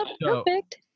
Perfect